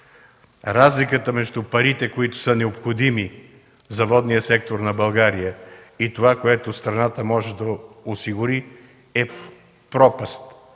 разликата между необходимите пари за водния сектор на България и това, което страната може да осигури, е пропаст.